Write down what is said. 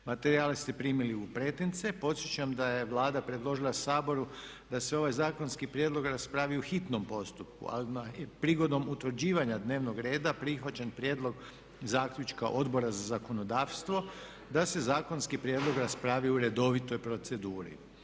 Materijale ste primili u pretince. Podsjećam da je Vlada predložila Saboru da se ovaj zakonski prijedlog raspravi u hitnom postupku, ali prigodom utvrđivanja dnevnog reda prihvaćen prijedlog zaključka Odbora za zakonodavstvo, da se zakonski prijedlog raspravi u redovitoj proceduri.